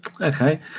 Okay